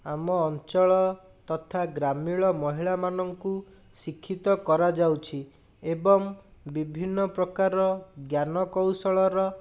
ଆମ ଅଞ୍ଚଳ ତଥା ଗ୍ରାମୀଣ ମହିଳାମାନଙ୍କୁ ଶିକ୍ଷିତ କରାଯାଉଛି ଏବଂ ବିଭିନ୍ନପ୍ରକାର ଜ୍ଞାନକୌଶଳର